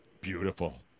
Beautiful